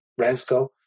Resco